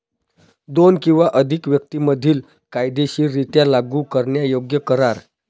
दोन किंवा अधिक व्यक्तीं मधील कायदेशीररित्या लागू करण्यायोग्य करार